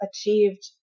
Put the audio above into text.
achieved